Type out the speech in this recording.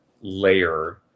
layer